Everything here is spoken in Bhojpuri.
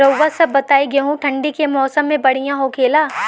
रउआ सभ बताई गेहूँ ठंडी के मौसम में बढ़ियां होखेला?